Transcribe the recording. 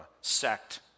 sect